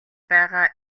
байгаа